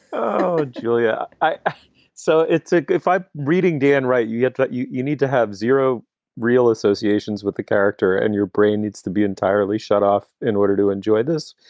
julia so it's like if i'm reading dan, right, you get what you you need to have zero real associations with the character and your brain needs to be entirely shut off in order to enjoy this.